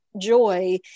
joy